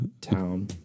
town